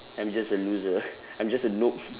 I'm just a loser I'm just a noob